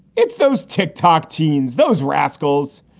it's those tick tock teens, those rascals.